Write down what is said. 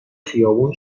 خیابون